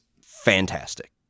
fantastic